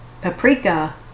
paprika